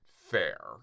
fair